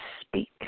speak